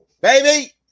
baby